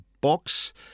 box